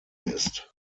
ist